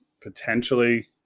potentially